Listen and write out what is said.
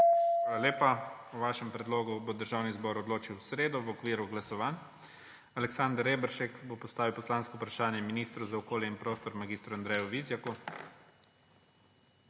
Hvala lepa. O vašem predlogu bo Državni zbor odločil v sredo v okviru glasovanj. Aleksander Reberšek bo postavil poslansko vprašanje ministru za okolje in prostor mag. Andreju Vizjaku.